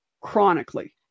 chronically